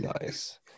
Nice